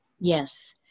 Yes